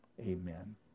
Amen